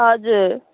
हजुर